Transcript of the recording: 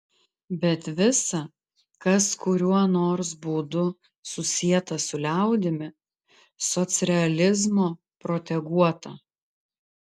bet visa kas kuriuo nors būdu susieta su liaudimi socrealizmo proteguota